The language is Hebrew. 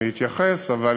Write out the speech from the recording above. אני אתייחס, אבל